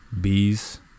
Bees